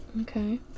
okay